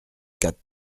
quatre